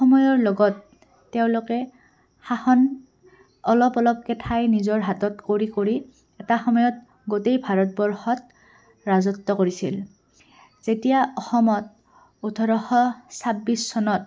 সময়ৰ লগত তেওঁলোকে শাসন অলপ অলপকৈ ঠাই নিজৰ হাতত কৰি কৰি এটা সময়ত গোটেই ভাৰতবৰ্ষত ৰাজত্ব কৰিছিল যেতিয়া অসমত ওঠৰশ ছাব্বিছ চনত